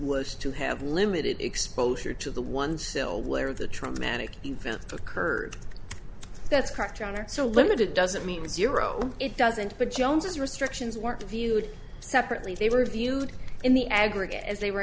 was to have limited exposure to the one cell where the traumatic event occurred that's correct on or so limited doesn't mean zero it doesn't but jones is restrictions were viewed separately they were viewed in the aggregate as they were